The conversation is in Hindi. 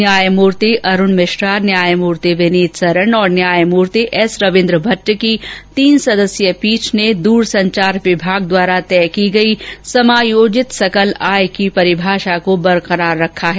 न्यायमूर्ति अरूण मिश्रा न्यायमूर्ति विनीत सरन और न्यायमूर्ति एस रविन्द्र भट की तीन सदस्यीय पीठ ने दूरसंचार विभाग द्वारा तय की गयी समायोजित सकल आय की परिभाषा को बरकरार रखा है